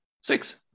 six